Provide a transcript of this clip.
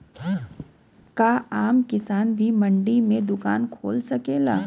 का आम किसान भी मंडी में दुकान खोल सकेला?